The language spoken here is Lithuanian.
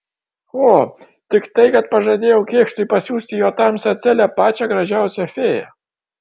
o tik tai kad pažadėjau kėkštui pasiųsti į jo tamsią celę pačią gražiausią fėją